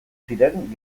ziren